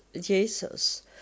Jesus